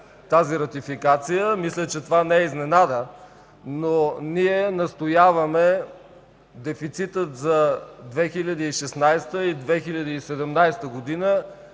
тази ратификация. Мисля, че това не е изненада, но ние настояваме дефицитът за 2016-а и 2017 г. да